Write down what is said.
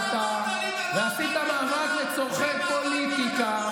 ביטון, עשית משבר בכאילו מסיבות פוליטיות,